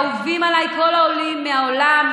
אהובים עליי העולים מכל העולם,